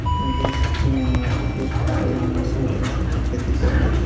अपनी देस में माटी के गुण अउरी मौसम के हिसाब से खेती कइल जात हवे